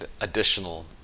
additional